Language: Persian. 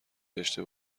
داشته